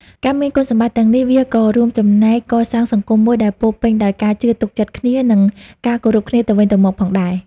ការមានគុណសម្បត្តិទាំងនេះ វាក៏រួមចំណែកកសាងសង្គមមួយដែលពោរពេញដោយ ការជឿទុកចិត្តគ្នា និង ការគោរពគ្នាទៅវិញទៅមក ផងដែរ។